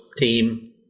team